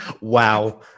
Wow